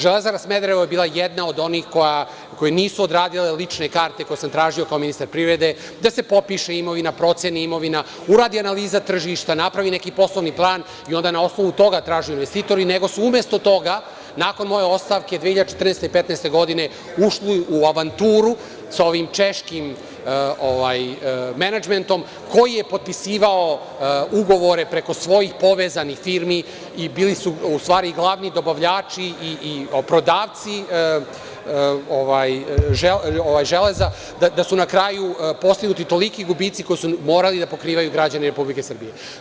Železara“ Smederevo je bila jedna od onih koje nisu odredile lične karte koje sam tražio kao ministar privrede, da se popiše imovina, proceni imovina, uradi analiza tržišta, napravi neki poslovni plan i onda na osnovu toga traže investitori, nego su umesto toga, nakon moje ostavke 2014. i 2015. godine, ušli u avanturu sa ovim češkim menadžmentom, koji je potpisivao ugovore preko svojih povezanih firmi i bili su, u stvari, glavni dobavljači i prodavci železa, da su na kraju postignuti toliki gubici koje su morali da pokrivaju građani Republike Srbije.